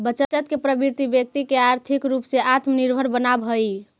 बचत के प्रवृत्ति व्यक्ति के आर्थिक रूप से आत्मनिर्भर बनावऽ हई